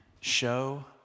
show